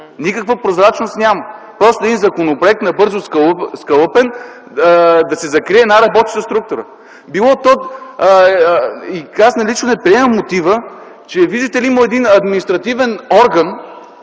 никаква прозрачност. Просто един законопроект, набързо скалъпен, да се закрие една работеща структура. Аз лично не приемам мотива, че, видите ли, имало един административен орган,